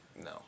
No